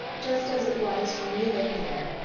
just as it was when we lived there,